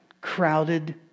crowded